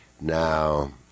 now